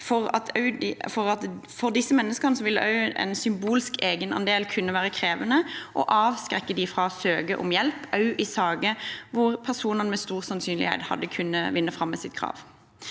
for disse menneskene vil også en symbolsk egenandel kunne være krevende og avskrekke dem fra søke om hjelp – også i saker hvor man med stor sannsynlighet ville vunnet fram med sitt krav.